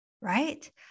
right